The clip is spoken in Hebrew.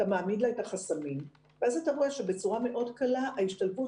אתה מעמיד לה את החסמים ואתה רואה שבצורה מאוד קלה ההשתלבות